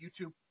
YouTube